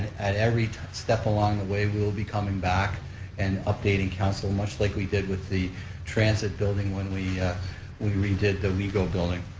and every step along the way we'll be coming back and updating council, much like we did with the transit building when we we redid the wego building.